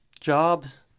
Jobs